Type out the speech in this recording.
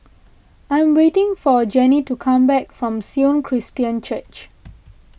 I am waiting for Gennie to come back from Sion Christian Church